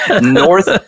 north